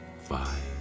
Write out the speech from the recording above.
five